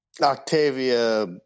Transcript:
Octavia